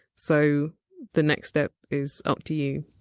so the next step is up to you!